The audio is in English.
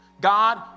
God